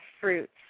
fruits